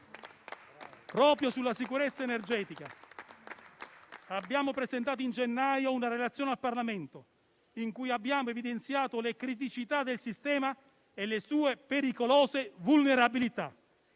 Proprio sulla sicurezza energetica abbiamo presentato in gennaio una relazione al Parlamento, in cui abbiamo evidenziato le criticità del sistema e le sue pericolose vulnerabilità,